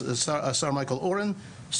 השר מייקל אורן,